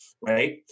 right